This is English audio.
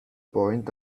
point